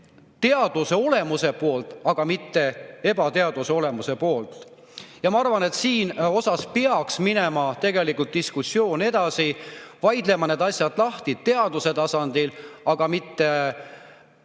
teaduse olemuse poolt, mitte ebateaduse olemuse poolt. Ja ma arvan, et siinkohal peaks minema tegelikult diskussioon edasi. Vaidleme need asjad lahti teaduse tasandil, aga mitte